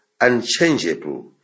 unchangeable